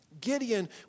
Gideon